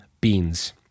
Beans